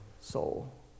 soul